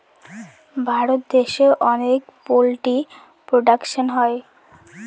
ভারত দেশে অনেক poultry production হয়